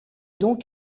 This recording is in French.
donc